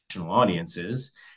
audiences